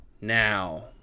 now